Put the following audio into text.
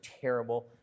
terrible